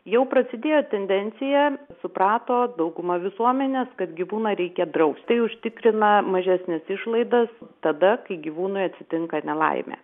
jau prasidėjo tendencija suprato dauguma visuomenės kad gyvūną reikia draust tai užtikrina mažesnes išlaidas tada kai gyvūnui atsitinka nelaimė